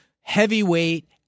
heavyweight